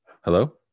Hello